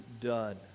done